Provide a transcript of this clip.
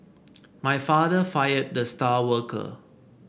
my father fired the star worker